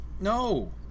no